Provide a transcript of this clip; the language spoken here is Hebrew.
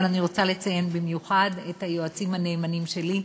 אבל אני רוצה לציין במיוחד את היועצים הנאמנים שלי,